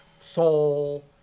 soul